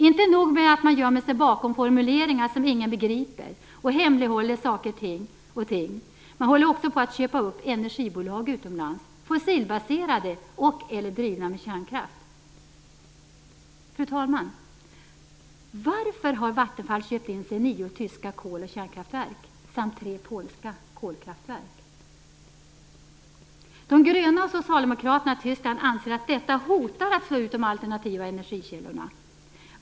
Inte nog med att man gömmer sig bakom formuleringar som ingen begriper och hemlighåller saker och ting, utan man håller också på att köpa upp energibolag utomlands som är fossilbaserade och/eller drivna med kärnkraft. Fru talman! Varför har Vattenfall köpt in sig i nio tyska kol och kärnkraftverk samt tre polska kolkraftverk? De gröna och Socialdemokraterna i Tyskland anser att detta hotar att slå ut de alternativa energikällorna.